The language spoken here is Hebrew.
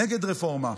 נגד רפורמה.